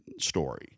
story